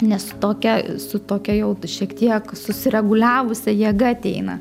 nes tokia su tokia jau šiek tiek susireguliavusia jėga ateina